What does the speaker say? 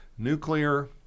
nuclear